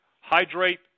hydrate